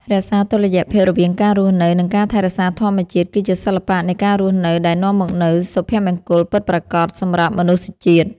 រក្សាតុល្យភាពរវាងការរស់នៅនិងការថែរក្សាធម្មជាតិគឺជាសិល្បៈនៃការរស់នៅដែលនាំមកនូវសុភមង្គលពិតប្រាកដសម្រាប់មនុស្សជាតិ។